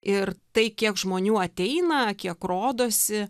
ir tai kiek žmonių ateina kiek rodosi